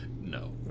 No